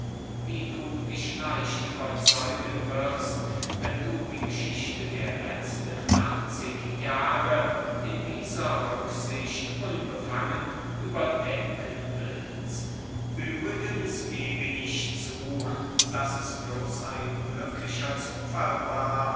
wie du dich leicht überzeugen wirst wenn du die geschichte der letzten achtzig jahre in dieser rücksicht unbefangen überdenken willst übrigens gebe ich zu daß es bloß ein glücklicher zufall war